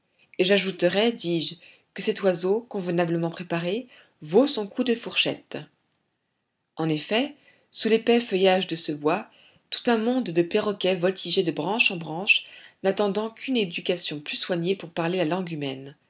et j'ajouterai dis-je que cet oiseau convenablement préparé vaut son coup de fourchette en effet sous l'épais feuillage de ce bois tout un monde de perroquets voltigeait de branche en branche n'attendant qu'une éducation plus soignée pour parler la langue humaine